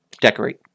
decorate